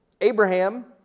Abraham